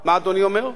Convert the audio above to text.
מה אדוני אומר?